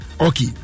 Okay